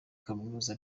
kaminuza